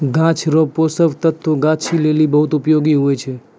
गाछ रो पोषक तत्व गाछी लेली बहुत उपयोगी हुवै छै